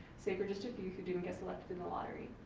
save for just a few who didn't get selected in the lottery.